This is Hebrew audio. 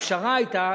הפשרה היתה,